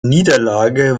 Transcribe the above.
niederlage